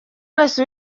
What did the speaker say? wese